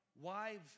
wives